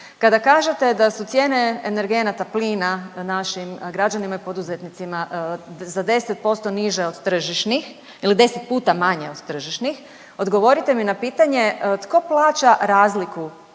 Kada kažete da su cijene energenata plina našim građanima i poduzetnicima za 10% niže od tržišnih ili 10 puta manje od tržišnih, odgovorite mi na pitanje tko plaća razliku